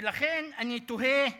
ולכן אני תוהה: